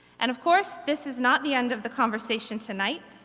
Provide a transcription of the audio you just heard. and of course this is not the end of the conversation tonight,